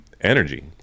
energy